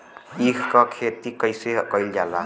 ईख क खेती कइसे कइल जाला?